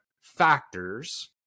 factors